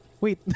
wait